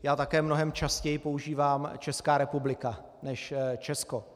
Já také mnohem častěji používám Česká republika než Česko.